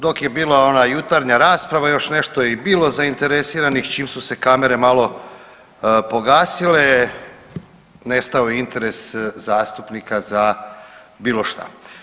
Dok je bila ona jutarnja rasprava još nešto je i bilo zainteresiranih, čim su se kamere malo pogasile nestao je interes zastupnika za bilo šta.